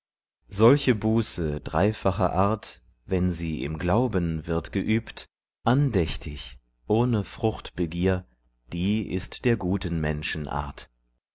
solche buße dreifacher art wenn sie im glauben wird geübt andächtig ohne fruchtbegier die ist der guten menschen